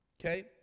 Okay